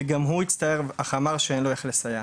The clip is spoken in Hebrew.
וגם הוא הצטער אך אמר שאין לו איך לסייע.